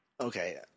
Okay